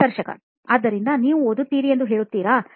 ಸಂದರ್ಶಕ ಆದ್ದರಿಂದ ನೀವು ಓದುತ್ತಿರಿ ಎಂದು ಹೇಳುತ್ತಿದ್ದೀರಾ